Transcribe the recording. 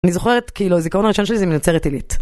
אני זוכרת כאילו הזיכרון הראשון שלי זה מנצרת עילית.